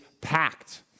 packed